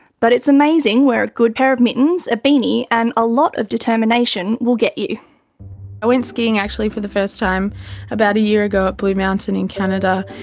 but it's amazing where a good pair of mittens, a beanie and a lot of determination will get you. i went skiing actually for the first time about a year ago at blue mountain in canada,